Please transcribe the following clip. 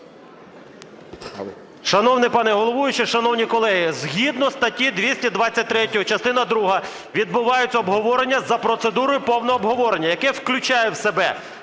Шановний пане головуючий, шановні колеги! Згідно статті 223 частина друга відбуваються обговорення за процедурою повного обговорення, яке включає в себе